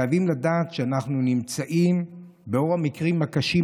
חייבים לדעת שאנחנו ברוב המקרים הקשים